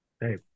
hey